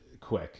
quick